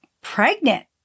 pregnant